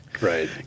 Right